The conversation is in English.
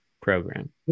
program